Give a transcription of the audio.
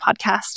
podcast